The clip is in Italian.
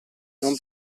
non